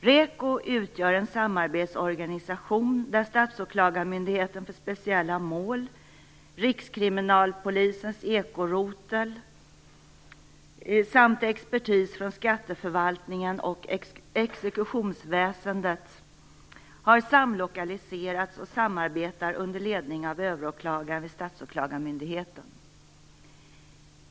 REKO utgör en samarbetsorganisation där Statsåklagarmyndigheten för speciella mål, Rikskriminalpolisens ekorotel samt expertis från skatteförvaltningen och exekutionsväsendet har samlokaliserats och samarbetar under ledning av överåklagaren vid Statsåklagarmyndigheten.